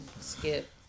skip